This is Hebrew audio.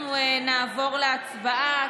נעבור להצבעה.